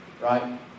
right